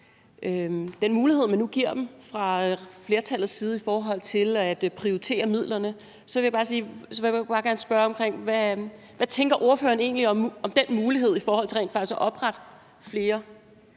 den mulighed, man nu fra flertallets side giver dem i forhold til at prioritere midlerne, vil jeg bare gerne spørge, hvad ordføreren egentlig tænker om den mulighed i forhold til rent faktisk at oprette nogle